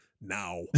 now